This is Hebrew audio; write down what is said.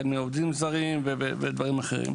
החל מעובדים זרים ודברים אחרים.